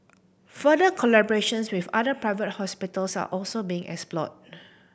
further collaborations with other private hospitals are also being explored